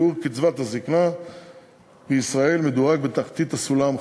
קצבת הזיקנה בישראל מדורגת בתחתית הסולם,